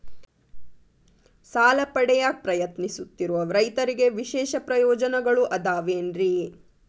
ಸಾಲ ಪಡೆಯಾಕ್ ಪ್ರಯತ್ನಿಸುತ್ತಿರುವ ರೈತರಿಗೆ ವಿಶೇಷ ಪ್ರಯೋಜನಗಳು ಅದಾವೇನ್ರಿ?